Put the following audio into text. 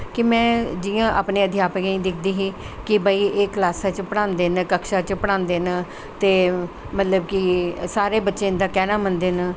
कि में जियां अपनें अध्यापकें गी दिखदी ही कि एह् क्लासा च पढ़ांदे न कक्षा च पढ़ांदे न तं मतलव कि सारे बच्चे इंदा कैह्नां मन्नदे न